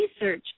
research